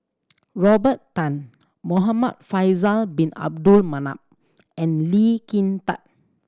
Robert Tan Muhamad Faisal Bin Abdul Manap and Lee Kin Tat